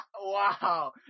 Wow